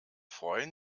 freuen